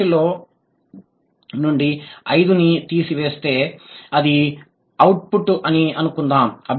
కాబట్టి X లో నుండి 5 ని తీసివేస్తే అది అవుట్పుట్ అని అనుకుందాం